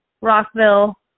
Rockville